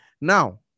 Now